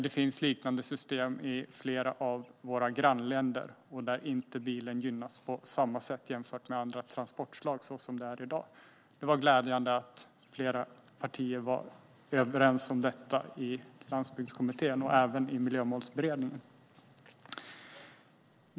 Det finns liknande system i flera av våra grannländer, där inte bilen gynnas på samma sätt som i dagens Sverige jämfört med andra transportslag. Det var glädjande att flera partier var överens om detta både i Landsbygdskommittén och i Miljömålsberedningen.